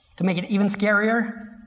to make it even scarier,